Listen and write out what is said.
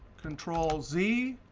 control z.